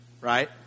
right